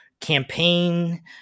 campaign